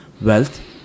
wealth